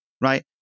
right